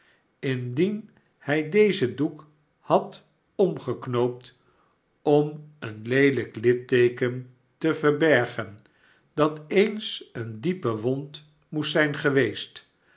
indien hij dezen doek had omgeknoopt om een leelijk litteeken te verbergen dat eens eene diepe wond moest zijn geweest